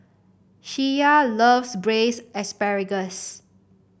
Sheyla loves Braised Asparagus